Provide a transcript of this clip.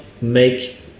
make